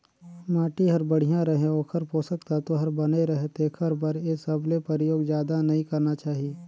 माटी हर बड़िया रहें, ओखर पोसक तत्व हर बने रहे तेखर बर ए सबके परयोग जादा नई करना चाही